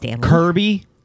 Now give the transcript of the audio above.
Kirby